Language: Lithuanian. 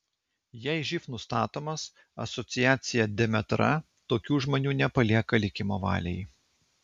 jei živ nustatomas asociacija demetra tokių žmonių nepalieka likimo valiai